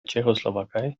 tschechoslowakei